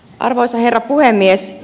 arvoisa herra puhemies